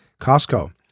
Costco